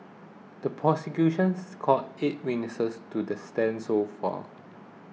the prosecutions called eight witnesses to the stand so far